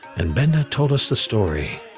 and binda told us the story.